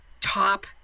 top